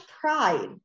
pride